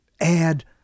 add